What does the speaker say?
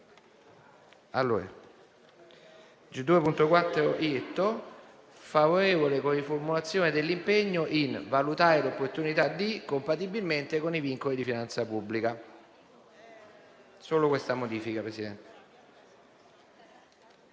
esprimo parere favorevole con riformulazione dell'impegno in «a valutare l'opportunità di» (...) «compatibilmente con i vincoli di finanza pubblica». Solo questa modifica, Presidente.